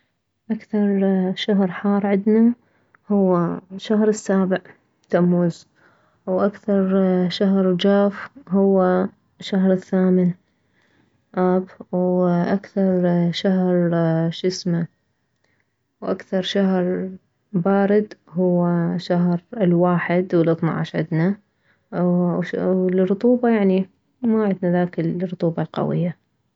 اكثر شهر حار عدنا هو شهر السابع تموز واكثر شهر جاف هو شهر الثامن آب واكثر شي شسمه واكثر شهر بارد هو شهر الواحد والثناعش عدنا وشهر والرطوبة يعني ما عدنا ذاك الرطوبة القوية